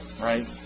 right